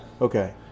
Okay